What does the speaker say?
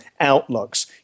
outlooks